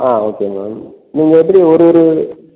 ஆ okay madam நீங்கள் எப்படி ஒரு ஒரு